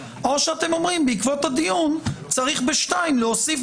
או שאתם אומרים בעקבות הדיון שצריך ב-(2) להוסיף